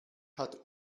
hat